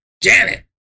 Janet